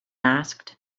asked